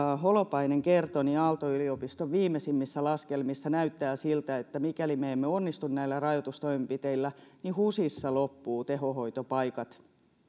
holopainen kertoi niin aalto yliopiston viimeisimmissä laskelmissa näyttää siltä että mikäli me emme onnistu näillä rajoitustoimenpiteillä niin husissa loppuvat tehohoitopaikat